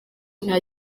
nta